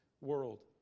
world